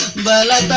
la la